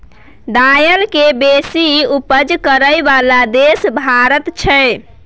दाइल के सबसे बेशी उपज करइ बला देश भारत छइ